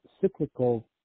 cyclical